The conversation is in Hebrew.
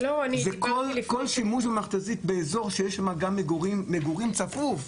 כל שימוש במכת"זית באזור שיש מגע עם מגורים צפוף,